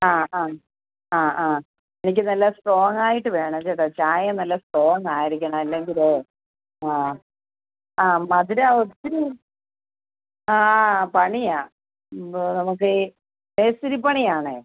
ആ ആ ആ ആ എനിക്ക് നല്ല സ്ട്രോംഗായിട്ട് വേണം കേട്ടോ ചായ നല്ല സ്ട്രോംഗായിരിക്കണം അല്ലെങ്കിലേ ആ ആ മധുരം ഒത്തിരി ആ പണിയാണ് ഇപ്പോൾ നമക്ക് ഈ മേസ്തിരിപ്പണിയാണെ